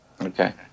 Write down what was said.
Okay